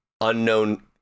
unknown